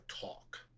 talk